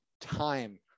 time